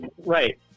right